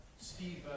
Steve